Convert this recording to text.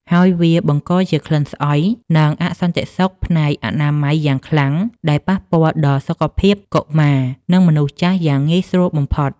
ហើយវាបង្កជាក្លិនស្អុយ និងអសន្តិសុខផ្នែកអនាម័យយ៉ាងខ្លាំង ដែលប៉ះពាល់ដល់សុខភាពកុមារ និងមនុស្សចាស់យ៉ាងងាយស្រួលបំផុត។